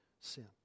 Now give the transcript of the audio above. sin